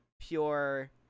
pure